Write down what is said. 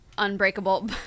Unbreakable